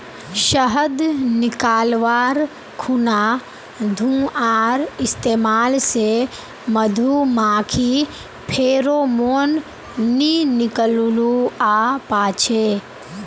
शहद निकाल्वार खुना धुंआर इस्तेमाल से मधुमाखी फेरोमोन नि निक्लुआ पाछे